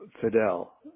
Fidel